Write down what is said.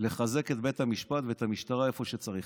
לחזק את בית המשפט ואת המשטרה איפה שצריך.